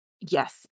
Yes